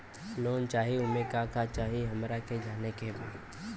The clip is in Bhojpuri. लोन चाही उमे का का चाही हमरा के जाने के बा?